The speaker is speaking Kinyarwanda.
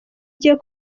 rye